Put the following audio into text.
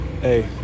hey